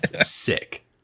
sick